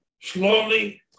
slowly